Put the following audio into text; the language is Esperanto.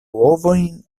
ovojn